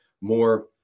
more